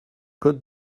code